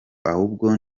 ahubwo